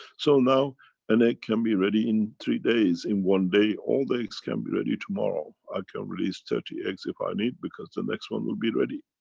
so, now an egg can be ready in three days, in one day. all the eggs can be ready tomorrow. i can release thirty eggs if i need because the next one will be ready.